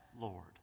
Lord